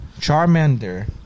Charmander